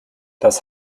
das